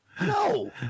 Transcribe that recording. No